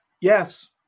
Yes